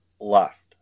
left